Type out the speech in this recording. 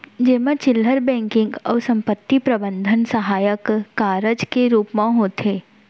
जेमा चिल्लहर बेंकिंग अउ संपत्ति प्रबंधन सहायक कारज के रूप म होथे